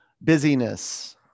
busyness